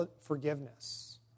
forgiveness